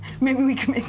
maybe we can make